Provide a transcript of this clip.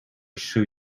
шыв